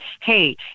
Hey